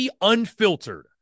Unfiltered